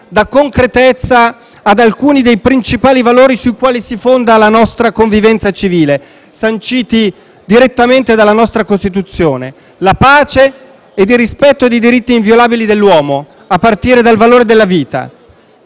dà concretezza ad alcuni dei principali valori sui quali si fonda la nostra convivenza civile, sanciti direttamente dalla nostra Costituzione: la pace e il rispetto dei diritti inviolabili dell'uomo, a partire dal valore della vita.